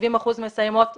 70 אחוזים מסיימות בהצלחה.